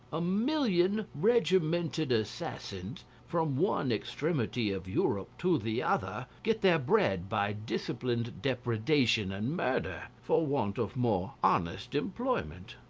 a million regimented assassins, from one extremity of europe to the other, get their bread by disciplined depredation and murder, for want of more honest employment.